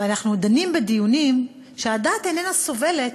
ואנחנו דנים בדיונים שהדעת איננה סובלת